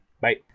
Bye